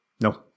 No